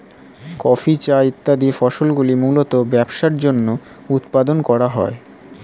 coffee, চা ইত্যাদি ফসলগুলি মূলতঃ ব্যবসার জন্য উৎপাদন করা হয়